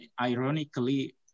ironically